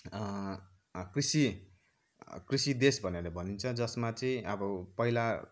कृषि कृषि देश भनेर भनिन्छ जसमा चाहिँ अब पहिला चाहिँ पहिला